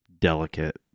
delicate